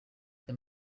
aya